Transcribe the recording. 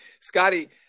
Scotty